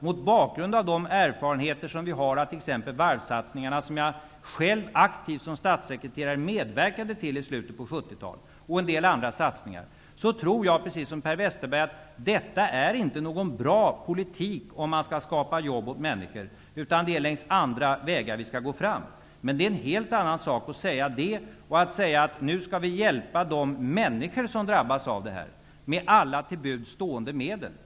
Mot bakgrund av de erfarenheter vi har av t.ex. varvssatningarna, vilka jag själv som statssekreterare aktivt medverkade till i slutet på 70-talet, tror jag -- precis som Per Westerberg -- att detta inte var en bra politik för att skapa jobb åt människor. Det är längs andra vägar vi skall gå fram. Det är en helt annan sak att säga så, och det är också en helt annan sak att säga att vi nu skall hjälpa de människor som drabbas med alla till buds stående medel.